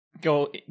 go